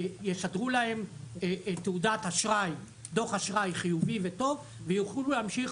יסדרו להם דוח אשראי חיובי וטוב ויוכלו להמשיך